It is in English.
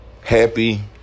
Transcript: happy